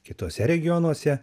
kituose regionuose